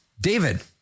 David